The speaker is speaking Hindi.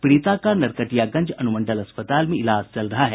पीड़िता का नरकटियागंज अनुमंडल अस्पताल में इलाज चल रहा है